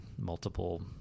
multiple